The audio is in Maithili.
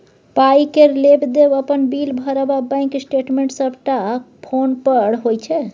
पाइ केर लेब देब, अपन बिल भरब आ बैंक स्टेटमेंट सबटा फोने पर होइ छै